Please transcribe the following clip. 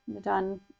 done